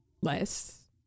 Less